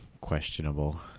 questionable